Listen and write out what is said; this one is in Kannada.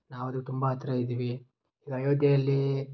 ನಾವು ಅದು ತುಂಬ ಹತ್ತಿರ ಇದ್ದೀವಿ ಈಗ ಅಯೋಧ್ಯೆಯಲ್ಲೀ